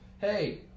hey